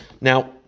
Now